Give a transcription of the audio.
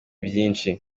byinshi